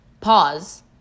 pause